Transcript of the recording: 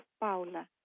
Paula